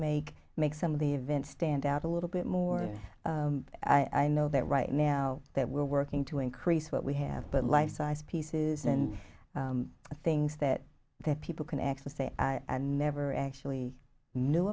make make some of the events stand out a little bit more i know that right now that we're working to increase what we have but life size pieces and things that that people can actually say and never actually knew